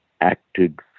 acted